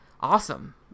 Awesome